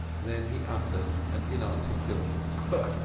then he uttered an inarticulate pooh,